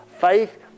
faith